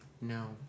No